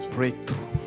Breakthrough